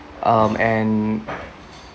um and